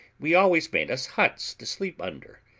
we always made us huts to sleep under,